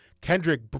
Kendrick